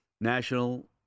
national